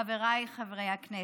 חבריי חברי הכנסת,